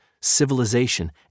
civilization